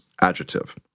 Adjective